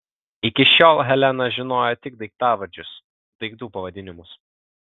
iki šiol helena žinojo tik daiktavardžius daiktų pavadinimus